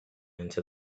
into